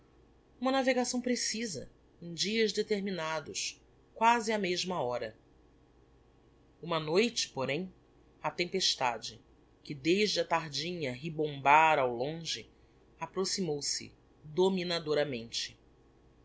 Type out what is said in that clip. uma navegação precisa em dias determinados quasi á mesma hora uma noite porém a tempestade que desde a tardinha ribombara ao longe approximou-se